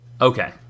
Okay